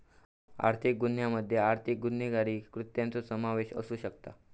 आर्थिक गुन्ह्यामध्ये अतिरिक्त गुन्हेगारी कृत्यांचो समावेश असू शकता